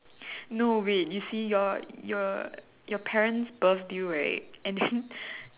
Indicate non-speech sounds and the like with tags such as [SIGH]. no wait you see your your your parents birthed you right and then [BREATH]